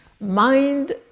Mind